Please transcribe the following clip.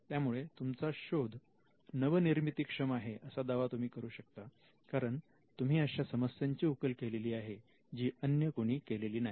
त्यामुळे तुमचा शोध नवनिर्मितीक्षम आहे असा दावा तुम्ही करू शकता कारण तुम्ही अशा समस्यांची उकल केलेली आहे जी अन्य कोणी केलेली नाही